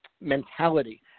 mentality